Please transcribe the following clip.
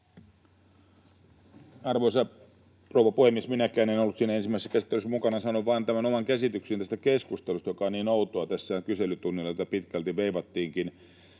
Arvoisa rouva puhemies! Minäkään en ollut siinä ensimmäisessä käsittelyssä mukana, ja sanon vain tämän oman käsitykseni tästä keskustelusta, joka on niin outoa tässä. Kyselytunnilla tätä pitkälti veivattiinkin,